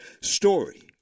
story